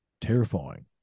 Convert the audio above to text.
terrifying